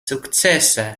sukcesa